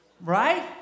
Right